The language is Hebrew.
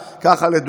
על משפחות פשע,